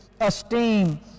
esteem